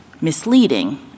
misleading